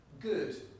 good